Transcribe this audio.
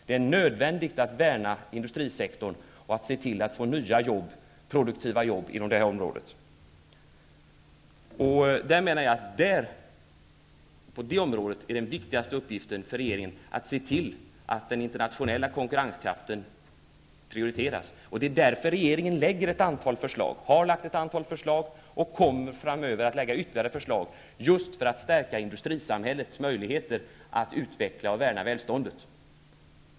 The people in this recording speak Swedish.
Det är nödvändigt att värna industrisektorn och se till att få nya, produktiva jobb inom det här området. Där är den viktigaste uppgiften för regeringen att se till att den internationella konkurrenskraften prioriteras, och det är därför regeringen lägger ett antal förslag, har lagt ett antal förslag och framöver kommer att lägga ytterligare förslag, just för att stärka industrisamhällets möjligheter att utveckla och värna välståndet.